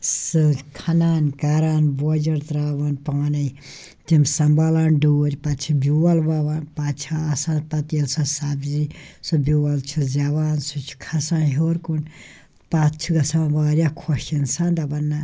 سۭتۍ کھَنان کَران بوجَر ترٛاوان پانَے تِم سنٛمبھالان ڈوٗرۍ پَتہٕ چھِ بیول وَوان پَتہٕ چھِ آسان پَتہٕ ییٚلہِ سۄ سبزی سُہ بیول چھِ زٮ۪وان سُہ چھِ کھَسان ہیوٚر کُن پَتہٕ چھِ گژھان واریاہ خوش اِنسان دَپان نَہ